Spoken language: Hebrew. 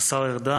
תודה, השר ארדן,